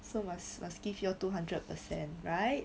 so must must give your two hundred percent right